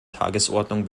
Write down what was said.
tagesordnung